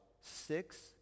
six